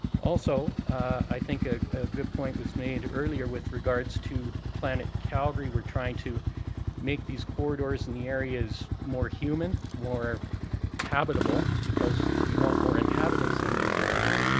also i think a good point was made earlier with regards to plan it calgary. we're trying to make these corridors in the areas more human, more habitable because we want more inhabitants in these areas.